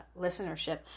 listenership